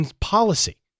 policy